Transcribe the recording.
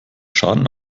schaden